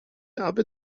aby